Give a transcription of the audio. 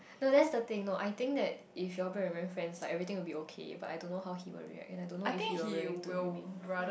no that's the thing no I think that if you all back in being friends like everything will be okay but I don't know how he will react and I don't know if he willing to remain friend